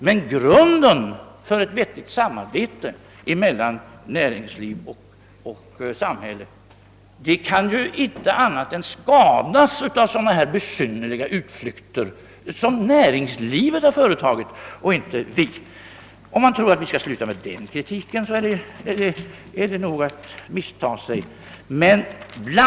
Men förutsättningen för ett vettigt samarbete mellan näringsliv och samhälle måste skadas av sådana här besynnerliga utflykter som näringslivet har företagit. Om man tror att vi skall sluta med kritiken därvidlag misstar man sig.